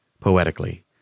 poetically